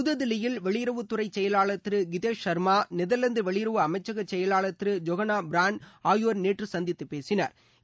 புதுதில்லியில் வெளியுறவுத் துறை செயலாளர் திரு கித்தேஷ் சர்மா நெதர்லாந்து வெளியுறவு அமைச்சக செயலாளர் திரு ஜோகன்னா பிராண்ட் ஆகியோர் நேற்று சந்தித்து பேசினா்